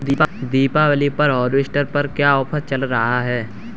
दीपावली पर हार्वेस्टर पर क्या ऑफर चल रहा है?